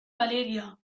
valeria